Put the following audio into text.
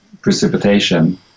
precipitation